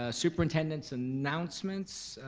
ah superintendent's announcements,